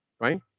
right